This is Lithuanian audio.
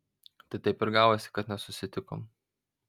tai taip ir gavosi kad nesusitikom